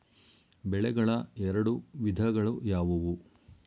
ಬೆಳೆಗಳ ಎರಡು ವಿಧಗಳು ಯಾವುವು?